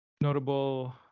notable